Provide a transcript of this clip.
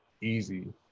easy